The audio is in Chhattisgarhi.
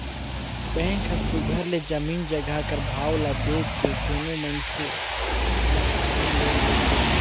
बेंक हर सुग्घर ले जमीन जगहा कर भाव ल देख के कोनो मइनसे ल होम लोन देथे